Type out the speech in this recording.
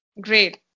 Great